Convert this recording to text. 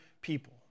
people